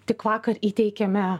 tik vakar įteikėme